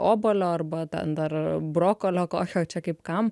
obuolio arba ten dar brokolio kokio čia kaip kam